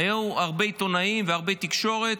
היו הרבה עיתונאים והרבה תקשורת,